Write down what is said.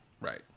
Right